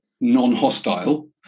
non-hostile